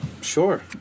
Sure